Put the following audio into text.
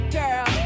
girl